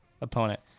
opponent